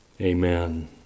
Amen